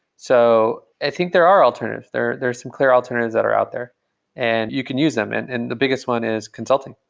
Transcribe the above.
so, i think there are alternatives. there there some clear alternatives that are out there and you can use them, and and the biggest one is consulting,